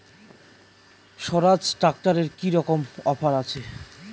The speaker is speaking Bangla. স্বরাজ ট্র্যাক্টরে কি রকম অফার আছে?